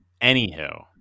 anywho